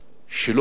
כנראה,